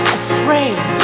afraid